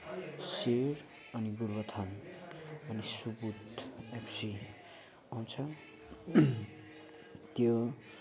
share अनि Gorubathan Subodh FC आउँछ त्यो